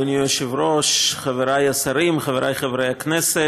אדוני היושב-ראש, חבריי השרים, חבריי חברי הכנסת,